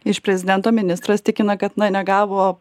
iš prezidento ministras tikina kad negavo